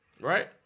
Right